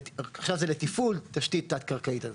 עכשיו זה לתפעול תשתית תת קרקעית,